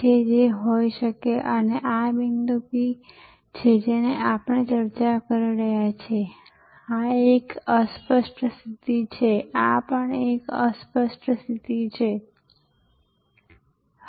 હવે નેટવર્કને પ્રવેશ કરવાની અને જરૂરી પગલાં ભરવાની સમગ્ર પ્રક્રિયા ચેક ઇન કરવા માટે સામાન જમા કરાવવા અથવા સામાન મૂકવા માટેના જરૂરી પગલાંઓમાંથી પસાર થવું પડે છે